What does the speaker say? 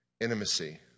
intimacy